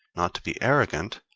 not to be arrogant,